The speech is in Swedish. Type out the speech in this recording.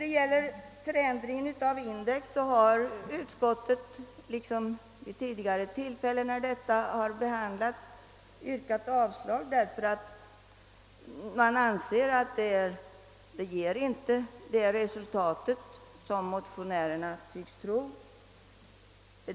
Utskottet har liksom vid tidigare tillfällen när frågan har behandlats yrkat avslag på förslag om förändring av index, eftersom man anser att en ändring inte skulle ge det resultat som motionärerna tycks tro.